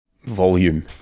Volume